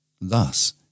thus